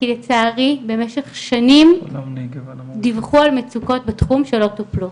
כי לצערי במשך שנים דיווחו על מצוקות בתחום שלא טופלו.